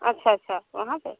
अच्छा अच्छा वहाँ पर